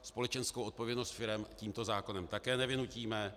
Společenskou odpovědnost firem tímto zákonem také nevynutíme.